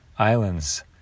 islands